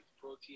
protein